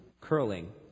curling